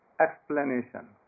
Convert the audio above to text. explanation